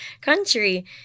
country